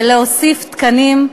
ולהוסיף תקנים,